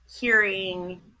hearing